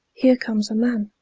heere comes a man,